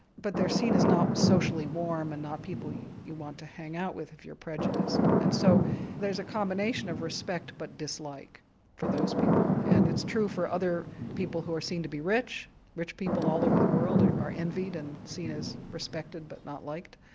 but they're seen as not socially warm and not people you you want to hang out with if you're prejudiced. and so there's a combination of respect but dislike for those people, and it's true for other people who are seen to be rich rich people all over the world are are envied and seen as respected but not liked.